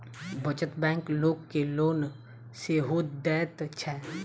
बचत बैंक लोक के लोन सेहो दैत छै